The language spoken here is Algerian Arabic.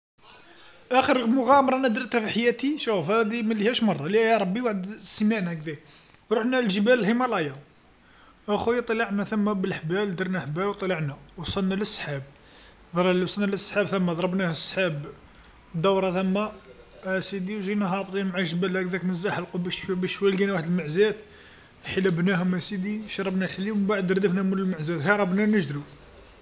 آخر مغامره أنا درتها في حياتي، شوف هادي ليها ربي وحد السمانه هكذاك، رحنا لجبال الهيمالايا، آ خويا طلعنا ثما بالحبال درنا حبال وطلعنا، وصلنا للسحاب، اللي وصلنا للسحاب ثما ضربناه السحاب، دورة ثما، آ سيدي وجينا هابطين مع الجبل هكذاك نزحلقو، بشوي بشوي لقينا وحد المعزات حلبناهم آ سيدي، شربنا الحليب ومن بعد ردفنا مول المعزات هربنا نجرو.